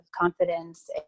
confidence